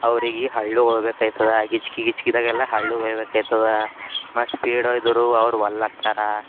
ಅವ್ರಿಗೆ ಹಳ್ಳ ಹೋಗ್ಬೇಕಾಯ್ತದ ಗಿಜ್ಕಿ ಗಿಜ್ಕಿದಾಗೆಲ್ಲ ಹಳ್ಳ ಹೋಗ್ಬೇಕಾಯ್ತದ ಮತ್ತು ಸ್ಪೀಡ್ ಹೋಯ್ದ್ರ ಅವ್ರು ಒಲ್ಲಾಗ್ತಾರಾ